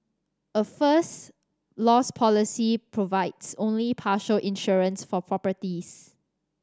a First Loss policy provides only partial insurance for properties